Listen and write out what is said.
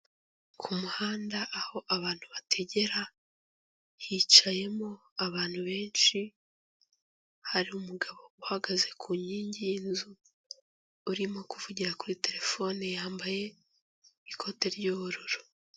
Ku muhanda aho abantu bategera hicayemo abantu benshi, hari umugabo uhagaze ku nkingi y'inzu urimo kuvugira kuri terefone yambaye ikote ry'ubururu.